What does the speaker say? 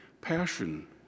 passion